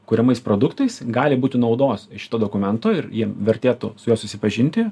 kuriamais produktais gali būti naudos iš šito dokumento ir jiem vertėtų su juo susipažinti